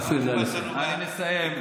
אני מסיים.